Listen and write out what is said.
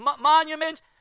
monument